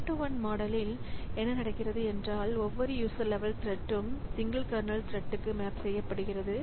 one to one மாடலில் என்ன நடக்கிறது என்றால் ஒவ்வொரு யூசர் லெவல் த்ரெட்ம் சிங்கிள் கர்னல் த்ரெட்க்கு மேப் செய்யப்படுகிறது